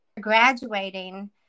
graduating